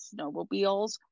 snowmobiles